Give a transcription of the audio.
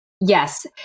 yes